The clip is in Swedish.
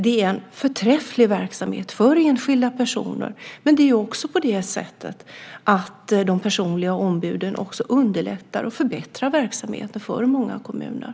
Det är en förträfflig verksamhet för enskilda personer, men de personliga ombuden underlättar också och förbättrar verksamheten för många kommuner.